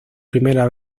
primera